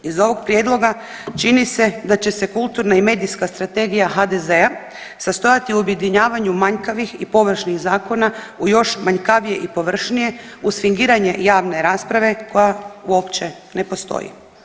Iz ovog prijedloga čini se da će se kulturna i medijska strategija HDZ-a sastojati u objedinjavaju manjkavih i površnih zakona, u još manjkavije i površnije, uz fingiranje javne rasprave koja uopće ne postoji.